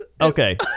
Okay